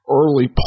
early